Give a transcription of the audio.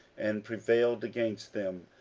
and prevailed against them.